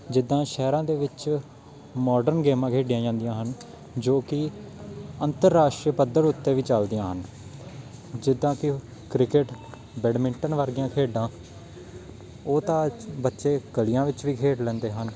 ਜਿੱਦਾਂ ਸ਼ਹਿਰਾਂ ਦੇ ਵਿੱਚ ਮੋਡਰਨ ਗੇਮਾਂ ਖੇਡੀਆਂ ਜਾਂਦੀਆਂ ਹਨ ਜੋ ਕਿ ਅੰਤਰਰਾਸ਼ਟਰੀ ਪੱਧਰ ਉੱਤੇ ਵੀ ਚਲਦੀਆਂ ਹਨ ਜਿੱਦਾਂ ਕਿ ਕ੍ਰਿਕਟ ਬੈਡਮਿੰਟਨ ਵਰਗੀਆਂ ਖੇਡਾਂ ਉਹ ਤਾਂ ਬੱਚੇ ਗਲੀਆਂ ਵਿੱਚ ਵੀ ਖੇਡ ਲੈਂਦੇ ਹਨ